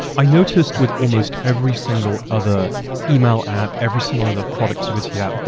i noticed with almost every single other email app, every single other productivity app, but